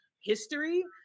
history